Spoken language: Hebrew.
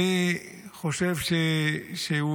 הוא חושב ככה.